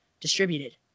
distributed